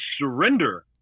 surrender